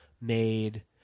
made